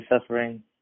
suffering